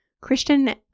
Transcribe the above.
Christian